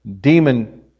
demon